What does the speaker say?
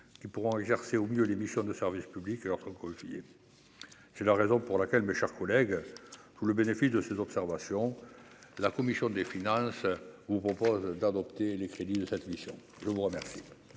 qui pourront exercer au mieux les missions de service public autre confié je leur raison pour laquelle mes chers collègues tout le bénéfice de ces observations, la commission des finances ou propose d'adopter les crédits de cette mission, le vous remercie.